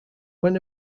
when